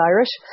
Irish